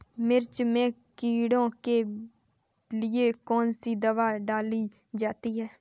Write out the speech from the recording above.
मिर्च में कीड़ों के लिए कौनसी दावा डाली जाती है?